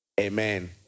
Amen